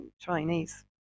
Chinese